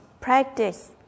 practice